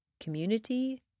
community